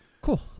Cool